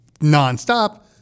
nonstop